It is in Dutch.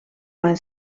mijn